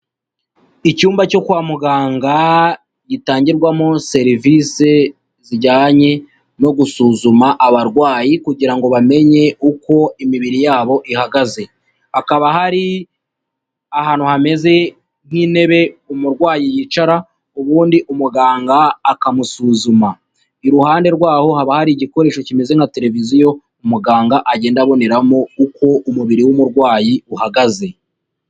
Icyumba cyo kwa muganga gitangirwamo serivise zijyanye no gusuzuma abarwayi kugira ngo bamenye uko imibiri yabo ihagaze, hakaba hari ahantu hameze nk'intebe umurwayi yicara ubundi umuganga akamusuzuma, iruhande rwaho haba hari igikoresho kimeze nka televiziyo umuganga agenda aboneramo uko umubiri w'umurwayi uhagaze.